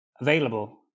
available